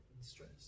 stress